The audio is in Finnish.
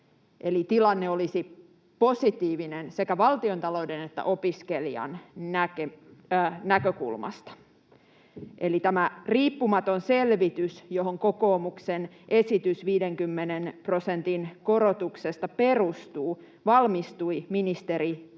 tilanne olisi positiivinen sekä valtiontalouden että opiskelijan näkökulmasta. Tämä riippumaton selvitys, johon kokoomuksen esitys 50 prosentin korotuksesta perustuu, valmistui ministeri